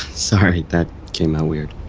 sorry, that came out weird